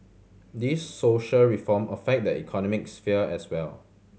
these social reform affect the economic sphere as well